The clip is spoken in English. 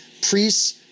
priests